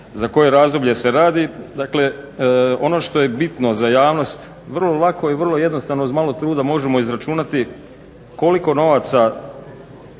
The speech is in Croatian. za koje razdoblje se radi, dakle ono što je bitno za javnost vrlo lako i vrlo jednostavno uz malo truda možemo izračunati koliko novaca